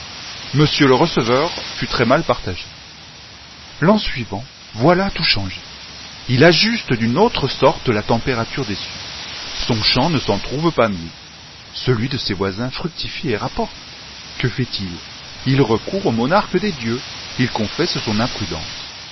le receveur fut très-mal partagé l'an suivant voilà tout change il ajuste d'une autre sorte la température des cieux son champ ne s'en trouve pas mieux celui de ses voisins fructifie et rapporte que fait-il il recourt au monarque des dieux il confesse son imprudence